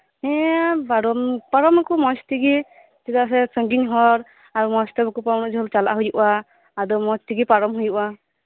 ᱯᱟᱨᱚᱢ ᱟᱠᱩ ᱢᱚᱡ ᱛᱮᱜᱤ ᱪᱮᱫᱟᱜ ᱥᱮ ᱥᱟᱺᱜᱤᱧ ᱦᱚᱨ ᱟᱨ ᱢᱚᱥᱛᱮ ᱵᱟᱠᱩ ᱯᱟᱨᱚᱢᱚᱜ ᱩᱱᱟᱹᱜ ᱡᱷᱟᱹᱞ ᱪᱟᱞᱟᱜ ᱦᱩᱭᱩᱜᱼᱟ ᱟᱫᱚ ᱢᱚᱡᱛᱮᱜᱤ ᱯᱟᱨᱚᱢ ᱦᱩᱭᱩᱜᱼᱟ